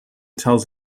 tells